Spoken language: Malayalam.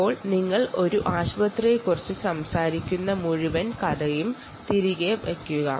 ഇപ്പോൾ ഞങ്ങൾക്ക് ഒരു ആശുപത്രിയെക്കുറിച്ച് സംസാരിക്കാം